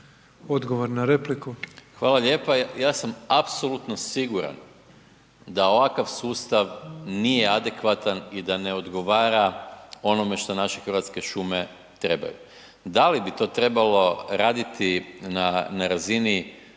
Gordan (SDP)** Hvala lijepa. Ja sam apsolutno siguran da ovakav sustav nije adekvatan i da ne odgovara onome što naše hrvatske šume trebaju. Da li bi to trebalo raditi na razini